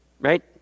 Right